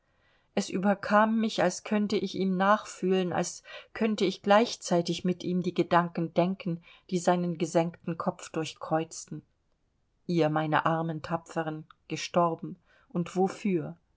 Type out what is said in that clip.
es überkam mich als könnte ich ihm nachfühlen als könnte ich gleichzeitig mit ihm die gedanken denken die seinen gesenkten kopf durchkreuzten ihr meine armen tapferen gestorben und wofür